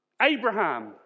Abraham